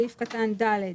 בסעיף קטן (ד)